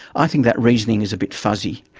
i think that reasoning is a bit fuzzy.